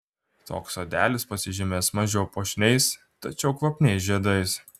toks sodelis pasižymės mažiau puošniais tačiau kvapniais žiedais